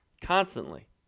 Constantly